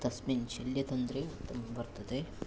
तस्मिन् शल्यतन्त्रे उक्तं वर्तते